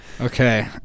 Okay